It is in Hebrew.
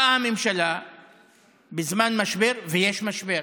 באה הממשלה בזמן משבר, ויש משבר.